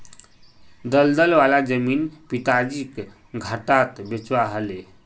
दलदल वाला जमीन पिताजीक घटाट बेचवा ह ले